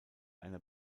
einer